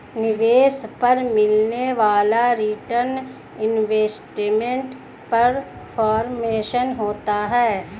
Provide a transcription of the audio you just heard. निवेश पर मिलने वाला रीटर्न इन्वेस्टमेंट परफॉरमेंस होता है